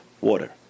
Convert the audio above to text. water